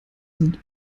sind